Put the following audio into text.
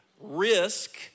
Risk